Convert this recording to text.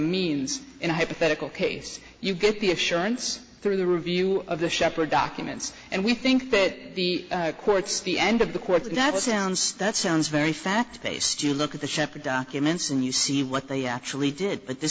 means in a hypothetical case you get the assurance through the review of the shepherd documents and we think that the courts the end of the court that sounds that sounds very fact based you look at the shepherd documents and you see what they actually did but